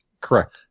Correct